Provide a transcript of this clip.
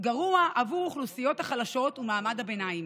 גרוע עבור האוכלוסיות החלשות ומעמד הביניים.